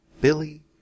Billy